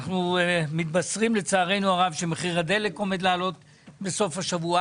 ואנחנו מתבשרים לצערנו הרב שמחיר הדלק עומד לעלות בסוף השבוע,